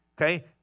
Okay